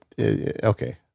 okay